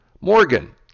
Morgan